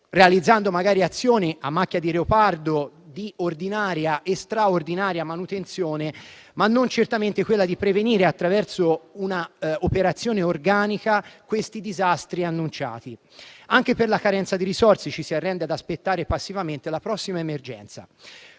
realizzando magari azioni a macchia di leopardo di ordinaria e straordinaria manutenzione, ma non certamente di prevenire, attraverso un'operazione organica, disastri annunciati. Anche per la carenza di risorse ci si arrende ad aspettare passivamente la prossima emergenza.